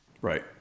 Right